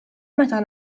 meta